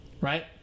right